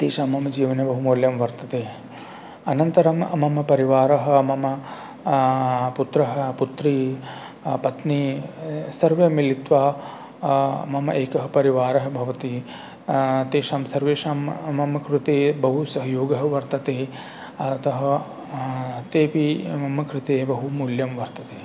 तेषां मम जीवने बहुमौल्यं वर्तते अनन्तरं मम परिवारः मम पुत्रः पुत्री पत्नी सर्वे मिलित्वा मम एकः परिवारः भवति तेषां सर्वेषां मम कृते बहु सहयोगः वर्तते अतः तेऽपि मम कृते बहुमूल्यं वर्तते